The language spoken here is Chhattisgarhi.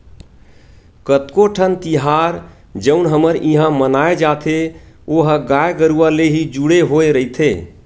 कतको ठन तिहार जउन हमर इहाँ मनाए जाथे ओहा गाय गरुवा ले ही जुड़े होय रहिथे